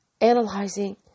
analyzing